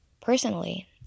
Personally